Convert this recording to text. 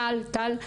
טל,